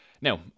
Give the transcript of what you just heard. Now